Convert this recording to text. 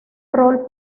rol